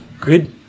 good